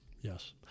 Yes